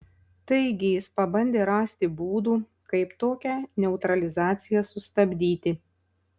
taigi jis pabandė rasti būdų kaip tokią neutralizaciją sustabdyti